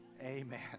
Amen